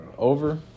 Over